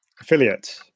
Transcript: Affiliate